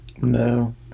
no